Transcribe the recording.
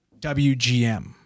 WGM